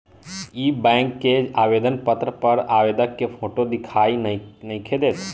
इ बैक के आवेदन पत्र पर आवेदक के फोटो दिखाई नइखे देत